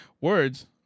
Words